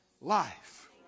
life